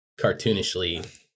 cartoonishly